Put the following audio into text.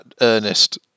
Ernest